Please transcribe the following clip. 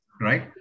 Right